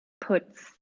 puts